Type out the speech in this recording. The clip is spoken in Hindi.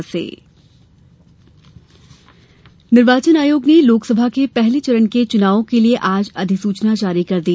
अधिसूचना निर्वाचन आयोग ने लोकसभा के पहले चरण के चुनावों के लिए आज अधिसूचना जारी कर दी